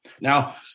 Now